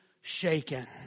shaken